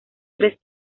tres